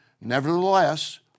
Nevertheless